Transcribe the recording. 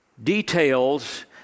details